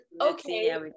Okay